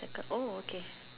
like a oh okay